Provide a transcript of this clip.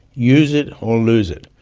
use it or lose it.